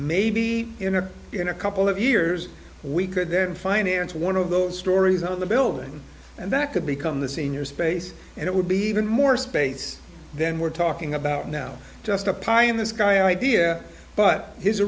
maybe in a couple of years we could then finance one of those stories on the building and that could become the senior space and it would be even more space then we're talking about now just applying this guy idea but his